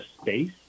space